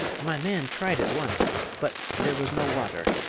my man tried it once but there was no water,